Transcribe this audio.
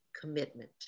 commitment